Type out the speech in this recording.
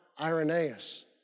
Irenaeus